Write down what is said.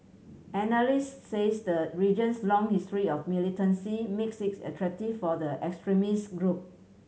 analysts says the region's long history of militancy makes it attractive for the extremist group